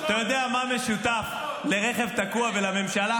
אתה יודע מה משותף לרכב תקוע ולממשלה?